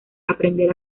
aprender